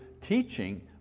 teaching